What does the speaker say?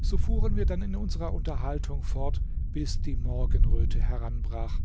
so fuhren wir dann in unserer unterhaltung fort bis die morgenröte heranbrach